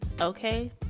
okay